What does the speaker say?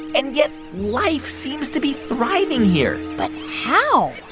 and yet, life seems to be thriving here but how?